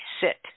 sit